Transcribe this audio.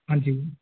ਹਾਂਜੀ